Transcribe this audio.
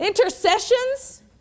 intercessions